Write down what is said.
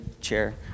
chair